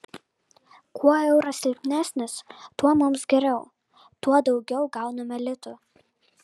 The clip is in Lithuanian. kuo euras silpnesnis tuo mums geriau tuo daugiau gauname litų